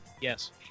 Yes